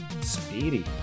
speedy